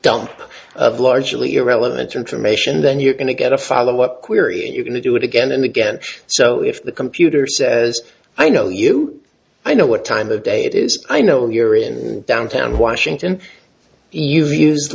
dump of largely irrelevant information then you're going to get a follow up query and you can do it again and again so if the computer says i know you i know what time of day it is i know you're in downtown washington you've used